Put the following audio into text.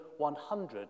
100